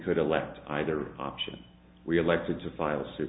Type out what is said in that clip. could elect either option we elected to file suit